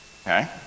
okay